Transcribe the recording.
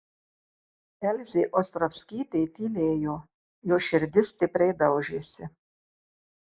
elzė ostrovskytė tylėjo jos širdis stipriai daužėsi